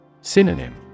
Synonym